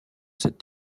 cette